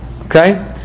Okay